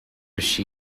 she